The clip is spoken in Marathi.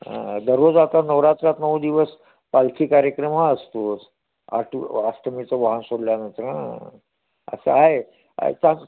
हं दररोज आता नवरात्रात नऊ दिवस पालखी कार्यक्रम हा असतोच आठ अष्टमीचं वाहन सोडल्यानंतर हां असं आहे